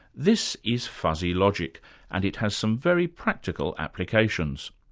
this is fuzzy logic and it has some very practical applications.